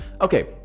Okay